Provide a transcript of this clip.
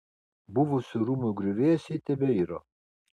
buvusių rūmų griuvėsiai tebeiro